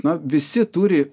na visi turi